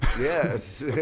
Yes